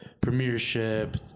premiership